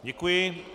Děkuji.